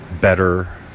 better